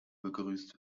begrüßt